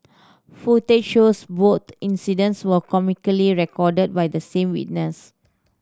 footage shows both incidents were comically recorded by the same witness